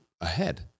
ahead